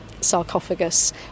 sarcophagus